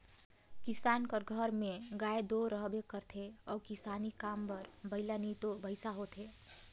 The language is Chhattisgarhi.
किसान कर घर में गाय दो रहबे करथे अउ किसानी काम बर बइला नी तो भंइसा होथे